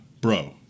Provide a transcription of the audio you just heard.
bro